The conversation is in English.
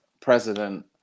president